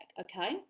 okay